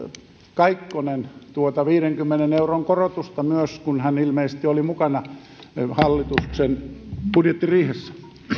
kaikkonen tuota viidenkymmenen euron korotusta kun hän ilmeisesti oli mukana hallituksen budjettiriihessä